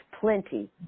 plenty